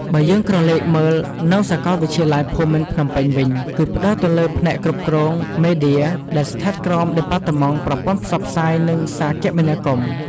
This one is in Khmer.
បើយើងក្រឡេកមើល នៅសាកលវិទ្យាល័យភូមិន្ទភ្នំពេញវិញ គឺផ្តោតទៅលើផ្នែកគ្រប់គ្រងមេឌៀ ដែលស្ថិតក្រោមដេប៉ាតឺម៉ង់ប្រព័ន្ធផ្សព្វផ្សាយ និងសារគមនាគមន៍។